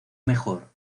mejor